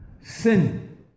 Sin